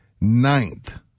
Ninth